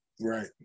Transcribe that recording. Right